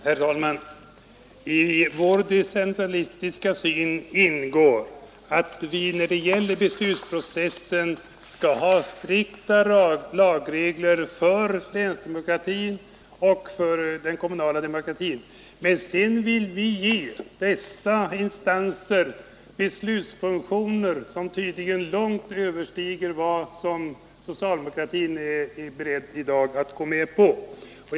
Herr talman! I den decentralistiska syn som vi inom centerpartiet har ingår att när det gäller beslutsprocessen skall man ha strikta lagregler för länsparlamenten och för de kommunala fullmäktigeförsamlingarna. Men vi vill ge dessa instanser beslutsfunktioner som tydligen långt överstiger vad socialdemokratin i dag är beredd att gå med på.